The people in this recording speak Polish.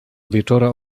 wieczora